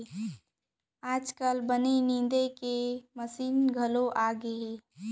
आजकाल बन निंदे के मसीन घलौ आगे हे